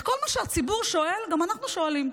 את כל מה שהציבור שואל גם אנחנו שואלים,